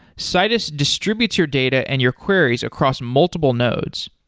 citus distributes your data and your queries across multiple nodes.